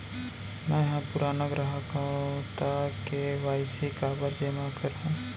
मैं ह पुराना ग्राहक हव त के.वाई.सी काबर जेमा करहुं?